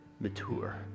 mature